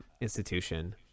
institution